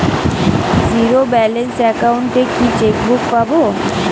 Zero balance account এ কি chequebook পাব?